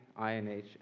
INH